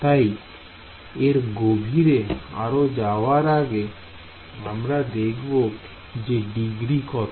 তাই এর গভীরে আরো যাওয়ার আগে আমরা দেখব যে ডিগ্রী কত